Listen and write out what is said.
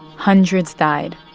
hundreds died,